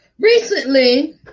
Recently